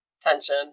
tension